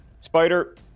Spider